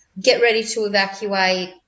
get-ready-to-evacuate